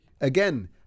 again